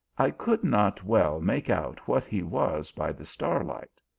i could not well make out what he was by the starlight.